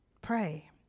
pray